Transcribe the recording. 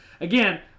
Again